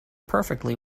perfectly